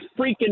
freaking